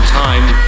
time